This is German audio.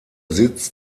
sitz